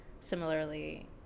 Similarly